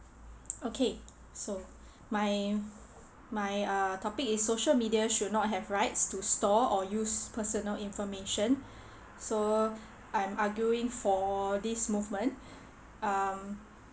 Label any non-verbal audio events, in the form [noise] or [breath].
okay so [breath] my my uh topic is social media should not have rights to store or use personal information [breath] so [breath] I'm arguing for this movement [breath] um